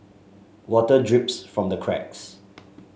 water drips from the cracks